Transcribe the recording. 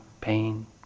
pain